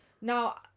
Now